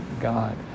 God